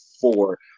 four